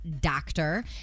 Doctor